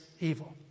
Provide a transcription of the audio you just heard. evil